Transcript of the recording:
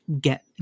get